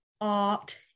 art